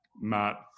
Matt